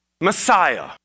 Messiah